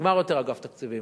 נגמר אגף תקציבים.